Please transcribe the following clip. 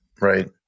Right